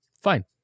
fine